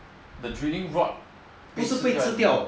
不是被吃掉